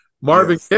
Marvin